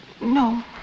No